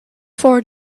for